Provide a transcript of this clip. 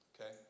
Okay